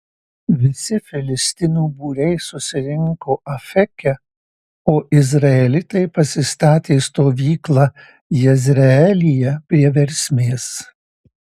visi filistinų būriai susirinko afeke o izraelitai pasistatė stovyklą jezreelyje prie versmės